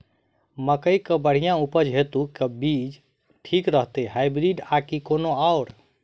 मकई केँ बढ़िया उपज हेतु केँ बीज ठीक रहतै, हाइब्रिड आ की कोनो आओर?